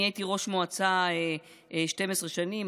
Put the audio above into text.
אני הייתי ראש מועצה 12 שנים,